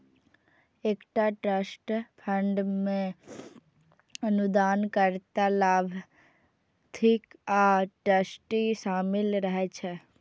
एकटा trust fund मे अनुदानकर्ता, लाभार्थी आ ट्रस्टी शामिल रहै छै